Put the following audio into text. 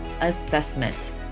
assessment